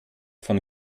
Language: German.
von